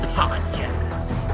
podcast